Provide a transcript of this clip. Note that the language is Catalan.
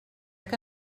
que